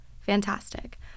fantastic